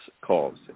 calls